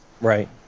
right